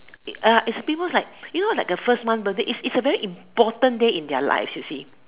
uh if people like you know like a first month birthday it's it's a very important day in their life you see